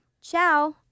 ciao